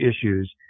issues